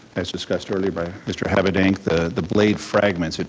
as discussed earlier by mr. habedank, the the blade fragments,